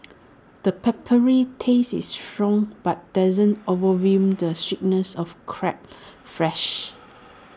the peppery taste is strong but doesn't overwhelm the sweetness of crab's flesh